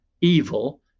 evil